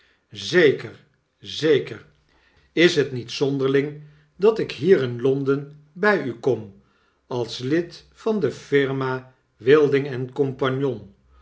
zeker zeker i is het niet zonderling dat ik hier in l o nden bg u kom als lid van de firma wilding en